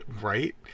Right